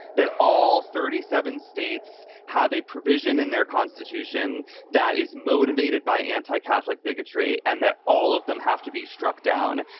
that all thirty seven states have a provision in their constitution that is motivated by anti-catholic bigotry and that all of them have to be struck down,